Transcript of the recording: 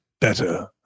better